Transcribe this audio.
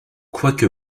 quoique